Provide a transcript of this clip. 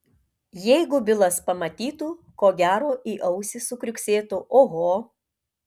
jeigu bilas pamatytų ko gero į ausį sukriuksėtų oho